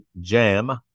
jam